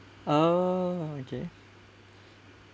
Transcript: oh okay